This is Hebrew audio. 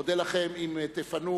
אודה לכם אם תפנו,